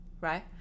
right